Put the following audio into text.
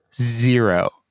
Zero